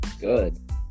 Good